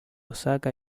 osaka